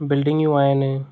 बिल्डिंगियूं आहिनि